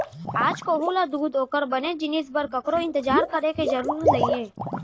आज कोहूँ ल दूद ओकर बने जिनिस बर ककरो इंतजार करे के जरूर नइये